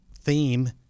theme